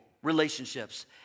Relationships